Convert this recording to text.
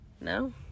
No